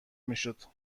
میشد